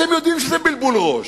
אתם יודעים שזה בלבול ראש.